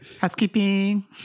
Housekeeping